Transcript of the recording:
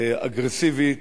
אגרסיבית,